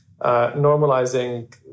normalizing